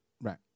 Right